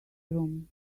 room